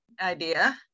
idea